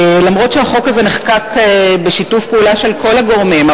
אומנם החוק הזה נחקק בשיתוף פעולה של כל הגורמים,